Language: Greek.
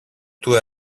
του